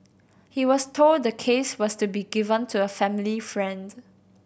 he was told the case was to be given to a family friends